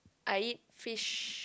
I eat fish